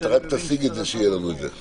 אתה רק תשים את זה, שיהיה לנו את זה.